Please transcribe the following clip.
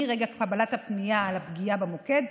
מרגע קבלת הפנייה על הפגיעה במוקד,